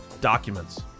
Documents